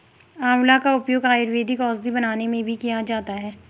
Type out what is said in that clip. आंवला का उपयोग आयुर्वेदिक औषधि बनाने में भी किया जाता है